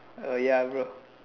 uh ya bro